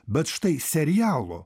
bet štai serialo